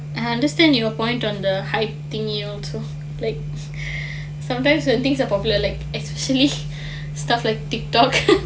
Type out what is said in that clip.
I understand your point on the hype thingy also like sometimes when things are popular like especially stuff like TikTok